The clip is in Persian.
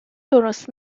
درست